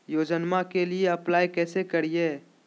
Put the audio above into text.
योजनामा के लिए अप्लाई कैसे करिए?